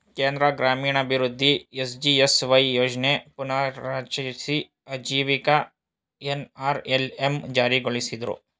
ಕೇಂದ್ರ ಗ್ರಾಮೀಣಾಭಿವೃದ್ಧಿ ಎಸ್.ಜಿ.ಎಸ್.ವೈ ಯೋಜ್ನ ಪುನರ್ರಚಿಸಿ ಆಜೀವಿಕ ಎನ್.ಅರ್.ಎಲ್.ಎಂ ಜಾರಿಗೊಳಿಸಿದ್ರು